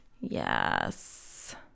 Yes